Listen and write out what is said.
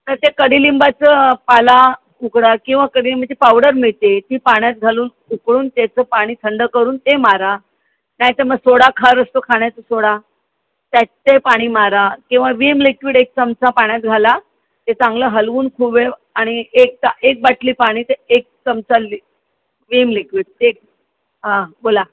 तर ते कडुलिंबाचं पाला उकळा किंवा कडुलिंबाची पावडर मिळते ती पाण्यात घालून उकळून त्याचं पाणी थंड करून ते मारा नाहीतर मग सोडाखार असतो खाण्याचा सोडा त्याचं ते पाणी मारा किंवा वीम लिक्विड एक चमचा पाण्यात घाला ते चांगलं हलवून आणि एक ता एक बाटली पाणी ते एक चमचा लिक वीम लिक्विड एक हां बोला